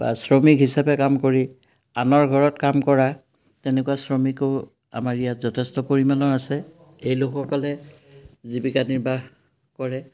বা শ্ৰমিক হিচাপে কাম কৰি আনৰ ঘৰত কাম কৰা তেনেকুৱা শ্ৰমিকো আমাৰ ইয়াত যথেষ্ট পৰিমাণৰ আছে এই লোকসকলে জীৱিকা নিৰ্বাহ কৰে